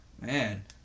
Man